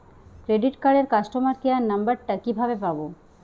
Credit কার্ডের customer care number টা কিভাবে পাবো?